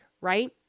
right